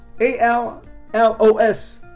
A-L-L-O-S